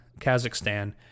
Kazakhstan